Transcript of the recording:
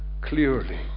clearly